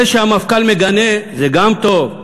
זה שהמפכ"ל מגנה, זה גם טוב.